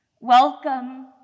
Welcome